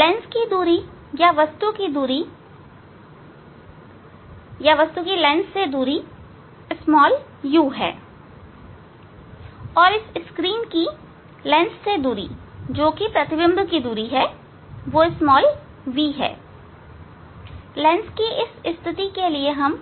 lens की दूरी या वस्तु की लेंस से दूरी u है और इस स्क्रीन की लेंस से दूरी जोकि प्रतिबिंब दूरी है v है लेंस की इस स्थिति के लिए हम